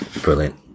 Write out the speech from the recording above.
Brilliant